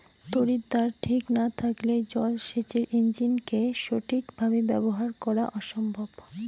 তড়িৎদ্বার ঠিক না থাকলে জল সেচের ইণ্জিনকে সঠিক ভাবে ব্যবহার করা অসম্ভব